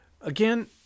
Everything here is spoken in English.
Again